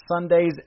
Sundays